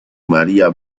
maría